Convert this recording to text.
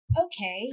okay